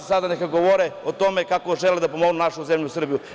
Sada neka govore o tome kako žele da pomognu našu zemlju Srbiju.